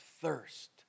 thirst